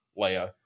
Leia